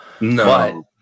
No